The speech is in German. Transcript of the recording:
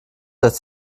dass